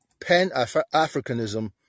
pan-africanism